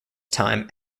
time